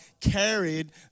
carried